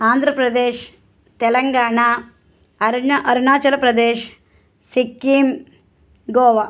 ఆంధ్రప్రదేశ్ తెలంగాణ అరణ్య అరుణాచల్ ప్రదేశ్ సిక్కిం గోవా